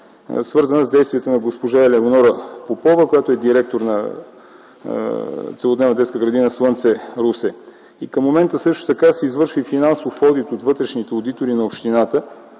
свързан с действията на госпожа Елеонора Попова, която е директор на Целодневна детска градина „Слънце” Русе. Към момента, също така, се извършва и финансов одит от вътрешните одитори на общината.